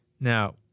Now